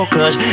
Cause